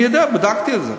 אני יודע, בדקתי את זה.